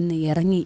എന്ന് ഇറങ്ങി